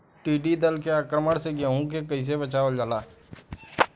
टिडी दल के आक्रमण से गेहूँ के कइसे बचावल जाला?